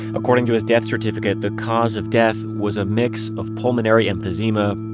according to his death certificate, the cause of death was a mix of pulmonary emphysema,